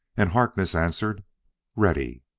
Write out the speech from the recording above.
and harkness answered ready.